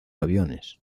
aviones